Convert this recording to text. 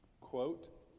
Quote